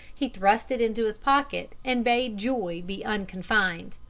he thrust it into his pocket and bade joy be unconfined.